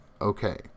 okay